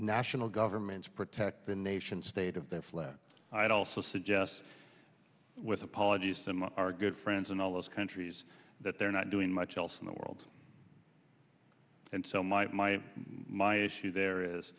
national governments protect the nation state of their flag i'd also suggest with apologies some of our good friends and all those countries that they're not doing much else in the world and so my my my issue there is